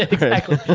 exactly,